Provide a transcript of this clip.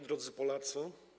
Drodzy Polacy!